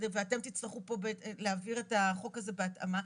ואתם תצטרכו פה להעביר את החוק הזה בהתאמה.